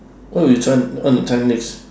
what you try want to try next